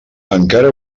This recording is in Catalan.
encara